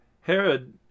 Herod